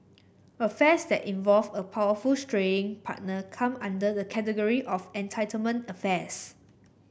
affairs that involve a powerful straying partner come under the category of entitlement affairs